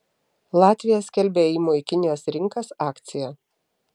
latvija skelbia ėjimo į kinijos rinkas akciją